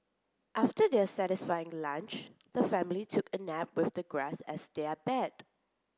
after their satisfying lunch the family took a nap with the grass as their bed